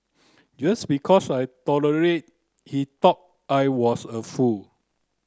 just because I tolerate he thought I was a fool